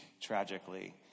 tragically